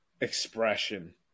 expression